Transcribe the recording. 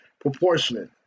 proportionate